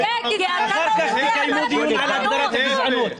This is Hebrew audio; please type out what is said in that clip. --- אחר כך תקיימו דיון על הגדרת הגזענות.